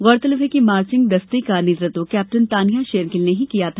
गौरतलब है कि मार्चिंग दस्ते नेतृत्व केप्टन तानिया शेरगिल ने ही किया था